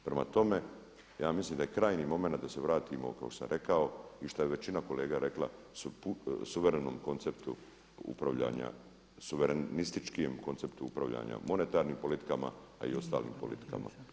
Prema tome, ja mislim da je krajnji moment da se vratimo kao što sam rekao i što je većina kolega rekla suvremenom konceptu upravljanja suverenističkim konceptu upravljanja monetarnim politikama a i ostalim politikama.